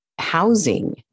housing